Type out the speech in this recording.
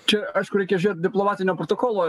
čia aišku reikia žiūrėt diplomatinio protokolo